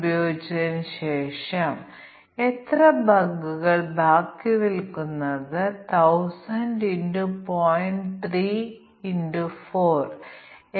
ഉദാഹരണത്തിന് c1 c2 അല്ലെങ്കിൽ c3 ആണെങ്കിൽ ഇവിടെയുള്ള ഒരു അവസ്ഥ അതിനാൽ c1 c2 c3 എന്നിവ ഇൻപുട്ട് പരാമീറ്ററുകളാണ്